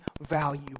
value